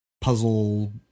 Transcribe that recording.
puzzle